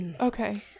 Okay